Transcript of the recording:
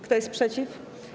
Kto jest przeciw?